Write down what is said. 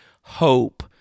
hope